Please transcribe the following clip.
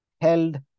held